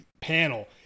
panel